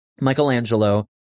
Michelangelo